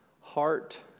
heart